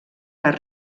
les